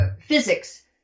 physics